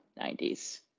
90s